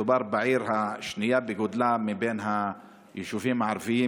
מדובר בעיר השנייה בגודלה מבין היישובים הערביים,